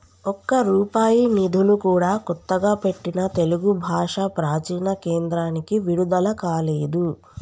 ఒక్క రూపాయి నిధులు కూడా కొత్తగా పెట్టిన తెలుగు భాషా ప్రాచీన కేంద్రానికి విడుదల కాలేదు